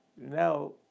Now